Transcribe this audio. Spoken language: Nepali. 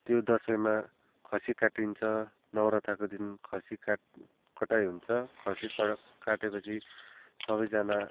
त्यो दसैँमा खसी काटिन्छ नौरथाको दिन खसी कटाइ हुन्छ खसी काटेपछि सबैजना